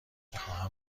بخواهم